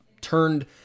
turned